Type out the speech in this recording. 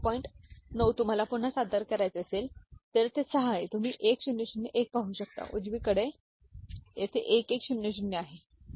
9 जर तुम्हाला पुन्हा सादर करायचे असेल तर 6 येथे आहे तुम्ही १००१ पाहू शकता उजवीकडे आणि येथे ११०० आहेत ठीक आहे